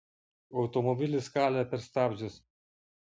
automobilis kalė per stabdžius